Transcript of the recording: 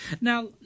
Now